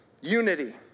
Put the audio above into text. Unity